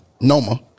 Noma